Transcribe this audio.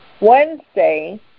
Wednesday